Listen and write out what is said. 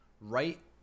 right